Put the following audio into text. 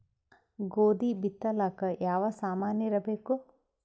ಗೋಧಿ ಬಿತ್ತಲಾಕ ಯಾವ ಸಾಮಾನಿರಬೇಕು?